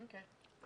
אוקיי.